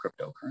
cryptocurrency